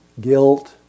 guilt